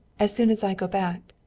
as soon as i go back.